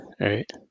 right